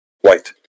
white